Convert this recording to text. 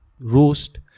roast